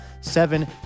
seven